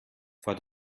vor